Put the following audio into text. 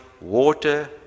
water